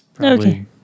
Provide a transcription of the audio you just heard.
Okay